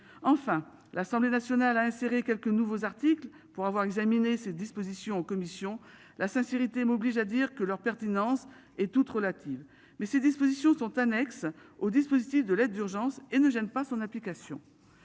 Enfin, l'Assemblée nationale a inséré quelques nouveaux articles pour avoir examiné ces dispositions commissions la sincérité m'oblige à dire que leur pertinence est toute relative, mais ces dispositions sont annexe au dispositif de l'aide d'urgence et ne gênent pas son application.